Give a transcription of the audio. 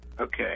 okay